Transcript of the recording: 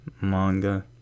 manga